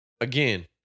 again